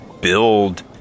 build